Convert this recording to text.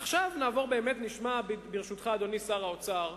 עכשיו נשמע, ברשותך, אדוני שר האוצר,